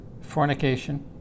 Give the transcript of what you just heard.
fornication